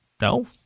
No